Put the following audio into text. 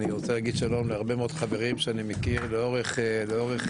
אני רוצה להגיד שלום להרבה מאוד חברים שאני מכיר לאורך השנים.